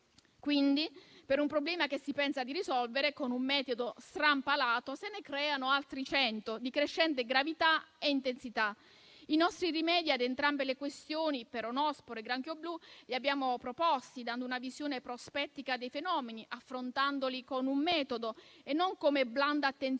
Quindi, per un problema che si pensa di risolvere con un metodo strampalato, se ne creano altri cento di crescente gravità e intensità. I nostri rimedi a entrambe le questioni, peronospora e granchio blu, abbiamo proposto dando una visione prospettica dei fenomeni, affrontandoli con un metodo e non come blanda attenzione